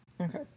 Okay